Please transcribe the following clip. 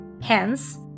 hence